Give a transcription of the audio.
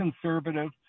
conservative